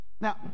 Now